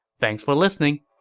thanks for listening!